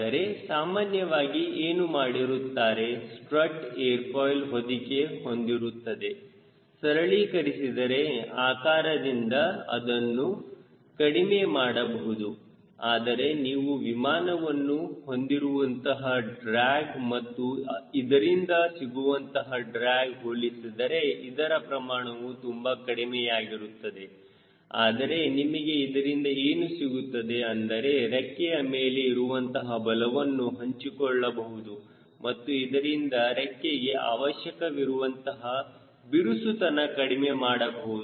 ಆದರೆ ಸಾಮಾನ್ಯವಾಗಿ ಏನು ಮಾಡಿರುತ್ತಾರೆ ಸ್ಟ್ರಟ್ ಏರ್ ಫಾಯ್ಲ್ ಹೊದಿಕೆ ಹೊಂದಿರುತ್ತವೆ ಸರಳೀಕರಿಸಿದ ಆಕಾರದಿಂದ ಅದನ್ನು ಕಡಿಮೆ ಮಾಡಬಹುದು ಆದರೆ ನೀವು ವಿಮಾನವು ಹೊಂದಿರುವಂತಹ ಡ್ರ್ಯಾಗ್ ಮತ್ತು ಇದರಿಂದ ಸಿಗುವಂತಹ ಡ್ರ್ಯಾಗ್ ಹೋಲಿಸಿದರೆ ಇದರ ಪ್ರಮಾಣವು ತುಂಬಾ ಕಡಿಮೆಯಾಗಿರುತ್ತದೆ ಆದರೆ ನಿಮಗೆ ಇದರಿಂದ ಏನು ಸಿಗುತ್ತದೆ ಅಂದರೆ ರೆಕ್ಕೆಯ ಮೇಲೆ ಇರುವಂತಹ ಬಲವನ್ನು ಹಂಚಿಕೊಳ್ಳಬಹುದು ಮತ್ತು ಅದರಿಂದ ರೆಕ್ಕೆಗೆ ಅವಶ್ಯವಿರುವಂತಹ ಬಿರುಸುತನ ಕಡಿಮೆ ಮಾಡಬಹುದು